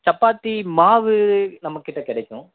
சப்பாத்தி மாவு நம்ம கிட்ட கிடைக்கும்